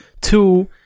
two